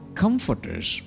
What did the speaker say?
comforters